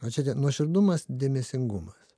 o čia nuoširdumas dėmesingumas